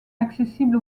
accessibles